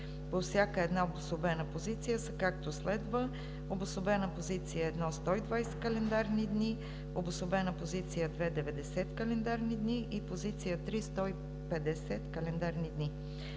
по всяка една обособена позиция са както следва: обособена позиция 1 – 120 календарни дни; обособена позиция 2 – 90 календарни дни; и позиция 3 – 150 календарни дни.